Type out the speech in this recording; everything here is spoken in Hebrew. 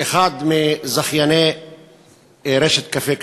אחד מזכייני רשת "קפה קפה"